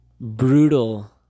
Brutal